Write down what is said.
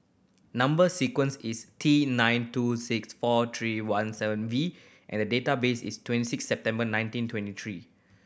number sequence is T nine two six four three one seven V and date of birth is twenty six September nineteen twenty three